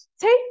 Take